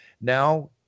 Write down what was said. now